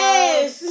Yes